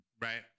right